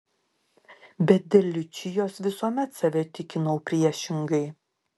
bet dėl liučijos visuomet save tikinau priešingai